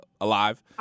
alive